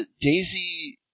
Daisy